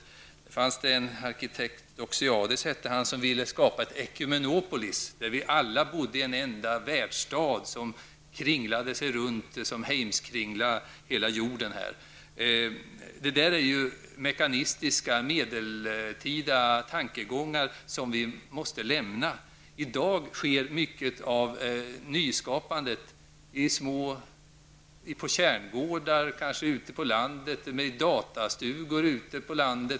Det fanns där en arkitekt som hette Doxiadis som ville skapa ett Ekumenopolis, där vi alla skulle bo i en enda världsstad som kringlade sig runt jorden som en heimskringla. Detta är mekanistiska medeltida tankegångar som vi måste lämna. I dag sker mycket av nyskapandet på kärngårdar, kanske ute på landet, med datastugor.